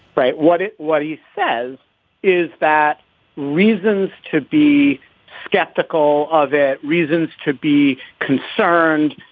right what it what he says is that reasons to be skeptical of it. reasons to be concerned.